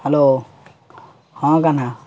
hello ହଁ କାହ୍ନା